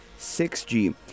6G